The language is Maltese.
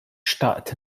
xtaqt